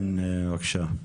כן, בבקשה.